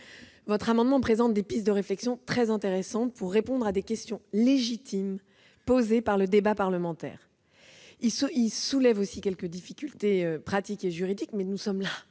Votre amendement présente des pistes de réflexion très intéressantes pour répondre à des questions légitimes posées dans le cadre du débat parlementaire. Il soulève néanmoins quelques difficultés pratiques et juridiques. En premier